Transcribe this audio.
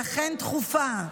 והיא אכן דחופה,